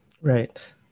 Right